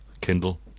Kindle